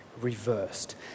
reversed